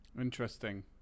interesting